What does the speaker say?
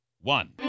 one